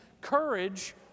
courage